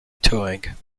touring